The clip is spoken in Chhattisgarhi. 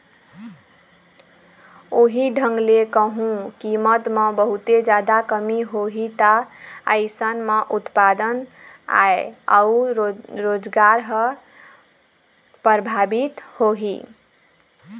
उहीं ढंग ले कहूँ कीमत म बहुते जादा कमी होही ता अइसन म उत्पादन, आय अउ रोजगार ह परभाबित होही